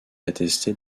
attestée